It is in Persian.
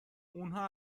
اونها